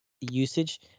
usage